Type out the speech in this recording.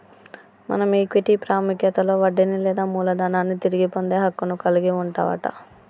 మనం ఈక్విటీ పాముఖ్యతలో వడ్డీని లేదా మూలదనాన్ని తిరిగి పొందే హక్కును కలిగి వుంటవట